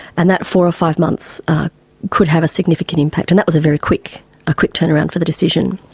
and that four or five months could have a significant impact. and that was a very quick quick turnaround for the decision.